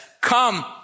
Come